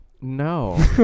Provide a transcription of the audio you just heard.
No